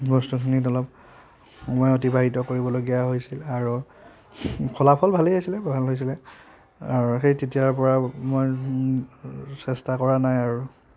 বস্তুখিনিত অলপ সময় অতিবাহিত কৰিবলগীয়া হৈছিল আৰু ফলাফল ভালেই হৈছিলে ভাল হৈছিলে আৰু সেই তেতিয়াৰ পৰা মই চেষ্টা কৰা নাই আৰু